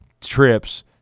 trips